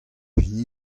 hini